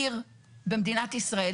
עיר במדינת ישראל.